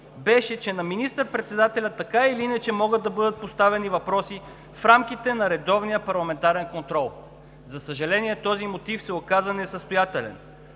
беше, че на министър-председателя така или иначе могат да бъдат поставени въпроси в рамките на редовния парламентарен контрол. За съжаление, този мотив се оказа несъстоятелен.